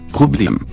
Problem